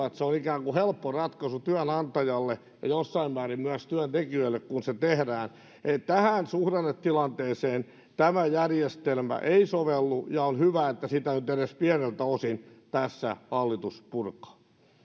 että se on ikään kuin helppo ratkaisu työnantajalle ja jossain määrin myös työntekijöille kun se tehdään että tähän suhdannetilanteeseen tämä järjestelmä ei sovellu ja on hyvä että sitä nyt edes pieneltä osin tässä hallitus purkaa